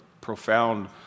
profound